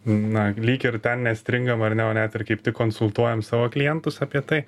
na lyg ir ten nestringam ar ne o net ir kaip konsultuojam savo klientus apie tai